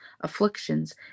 afflictions